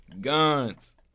Guns